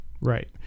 right